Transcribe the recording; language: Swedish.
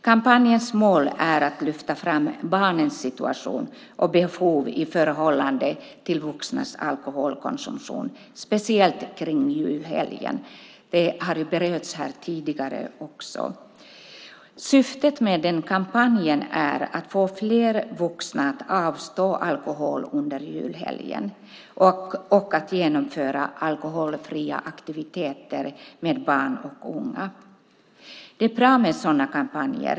Kampanjens mål är att lyfta fram barnens situation och behov i förhållande till vuxnas alkoholkonsumtion speciellt kring julhelgen, vilket också berörts tidigare i debatten. Syftet med kampanjen är att få fler vuxna att avstå från alkohol under julhelgen och genomföra alkoholfria aktiviteter med barn och unga. Det är bra med sådana kampanjer.